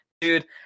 Dude